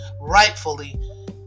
rightfully